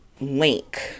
Link